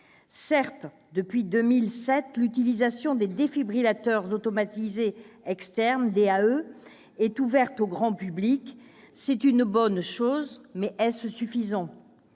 Certes, depuis 2007, l'utilisation des défibrillateurs automatisés externes, les DAE, est ouverte au grand public. C'est une bonne chose, mais est-ce suffisant ?